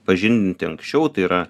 pažindinti anksčiau tai yra